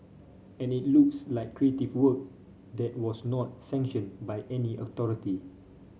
and it looks like creative work that was not sanctioned by any authority